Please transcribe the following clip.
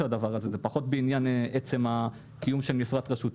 פחות בעניין עצם הקיום של מפרט רשותי,